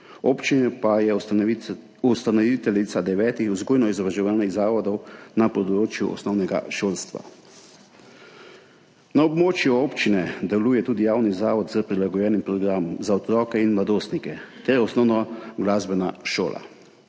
občina pa je ustanoviteljica devetih vzgojno-izobraževalnih zavodov na področju osnovnega šolstva. Na območju občine deluje tudi javni zavod s prilagojenim programom za otroke in mladostnike ter osnovna glasbena šola.